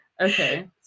okay